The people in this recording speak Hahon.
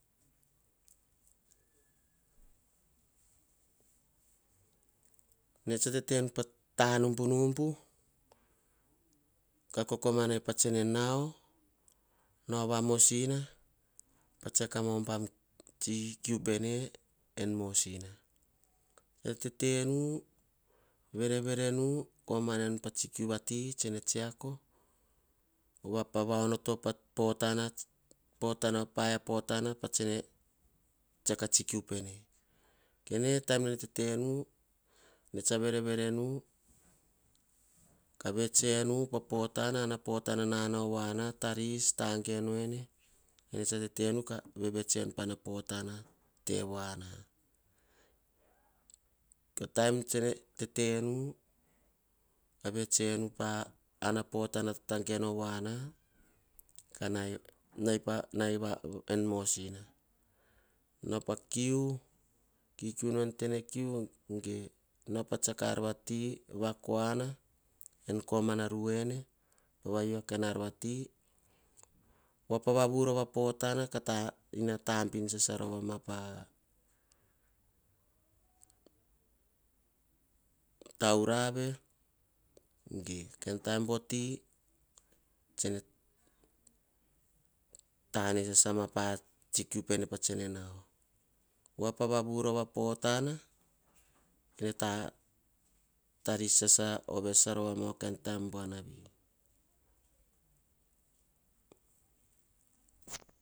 Ene tsa tetenu patanubunubu kah kokomanai pak nauo vamosina. Pah tsiako oh bam kiu pene en mosina. Verevere kah komanai pah tsikiu tsene tsiako. Pah va onoto-oh paia pota pah tsiako akiu pene. Kene taim oh taim nene vereverenu, kah vets enu pah na potana nauo voana kes tageno en. Kene vurts tsuk ena pana potana tevoana. Taim nene tetenu kavits tsuk enu pana pota tatageno mua. Kah nai en mosina. Nai en tene kiu tsiako pah kiu, nai pavakuani en koma na ruene. Voa pah kain ar viti. Voa pavavu a potana ina tambina sasa rovama pah taurave geoh kain taim voti. Pah tsane tane sasama pa tsi kiu pene tsene nao voa pah vavu rova potana taris ove sasaroma oh bon buanavi